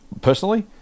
personally